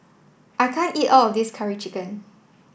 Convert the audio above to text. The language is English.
I can't eat all of this curry chicken